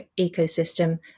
ecosystem